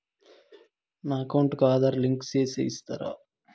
నా అకౌంట్ కు ఆధార్ లింకు సేసి ఇస్తారా?